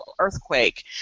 earthquake